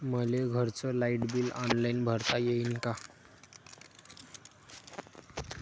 मले घरचं light bill online भरता येईन का?